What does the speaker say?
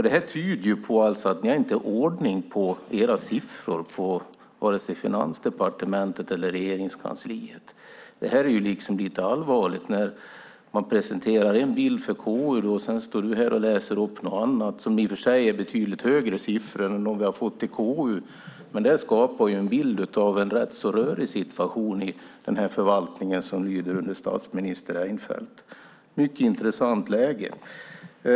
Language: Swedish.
Detta tyder på att ni inte har ordning på era siffror i vare sig Finansdepartementet eller Regeringskansliet som helhet. Det är lite allvarligt att man presenterar en bild för KU och Anders Borg sedan står i kammaren och läser upp andra i och för sig betydligt högre siffror än de som vi fått i KU. Det skapar en bild av en rätt rörig situation i den förvaltning som lyder under statsminister Reinfeldt. Det är ett mycket intressant läge.